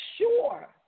sure